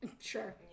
Sure